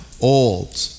old